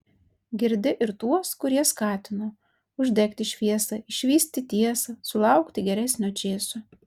girdi ir tuos kurie skatino uždegti šviesą išvysti tiesą sulaukti geresnio čėso